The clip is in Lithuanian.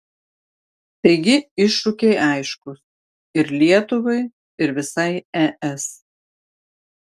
taigi iššūkiai aiškūs ir lietuvai ir visai es